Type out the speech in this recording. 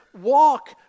walk